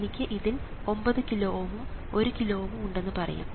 എനിക്ക് ഇതിൽ 9 കിലോ Ω ഉം 1 കിലോ Ω ഉം ഉണ്ടെന്ന് പറയാം